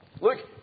look